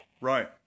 Right